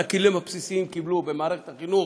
את הכלים הבסיסיים קיבלו במערכת החינוך,